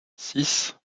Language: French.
six